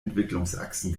entwicklungsachsen